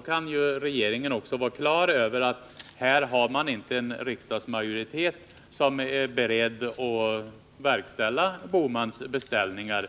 kan också regeringen bli klar över att den inte bakom sig har en riksdagsmajoritet som är beredd att verkställa Gösta Bohmans beställningar.